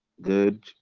good